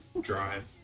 drive